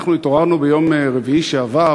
אנחנו התעוררנו ביום רביעי שעבר,